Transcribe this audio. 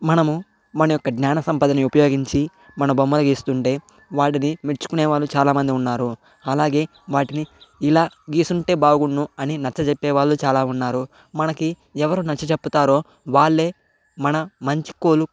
మనము మన యొక్క జ్ఞాన సంపదని ఉపయోగించి మన బొమ్మను గీస్తుంటే వాటిని మెచ్చుకునే వాళ్ళు చాలామంది ఉన్నారు అలాగే వాటిని ఇలా గీసుంటే బాగున్ను అని నచ్చచెప్పే వాళ్ళు చాలా ఉన్నారు మనకి ఎవరు నచ్చచెప్పుతారో వాళ్లే మన మంచి కోలు